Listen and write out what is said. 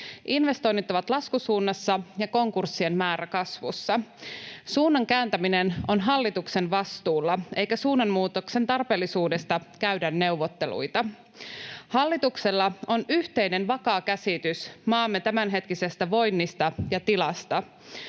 Investoinnit ovat laskusuunnassa ja konkurssien määrä kasvussa. Suunnan kääntäminen on hallituksen vastuulla, eikä suunnanmuutoksen tarpeellisuudesta käydä neuvotteluita. Hallituksella on yhteinen, vakaa käsitys maamme tämänhetkisestä voinnista ja tilasta.